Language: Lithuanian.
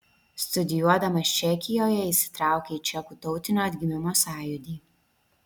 studijuodamas čekijoje įsitraukė į čekų tautinio atgimimo sąjūdį